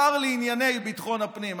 השר לענייני ביטחון הפנים,